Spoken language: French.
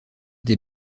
des